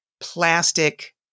plastic